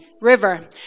river